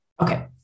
okay